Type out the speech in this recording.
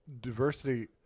diversity